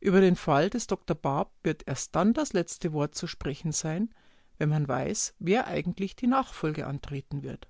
über den fall des dr bab wird erst dann das letzte wort zu sprechen sein wenn man weiß wer eigentlich die nachfolge antreten wird